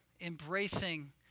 embracing